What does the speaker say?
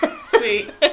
Sweet